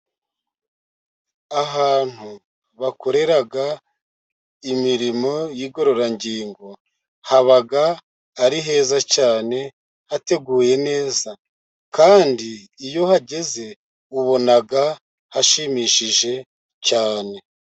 Ahantu bakorera imirimo y'igororangingo haba ari heza cyane, hateguye neza, kandi iyo uhageze ubona hashimishije cyane.